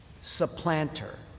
supplanter